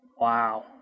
Wow